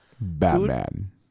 Batman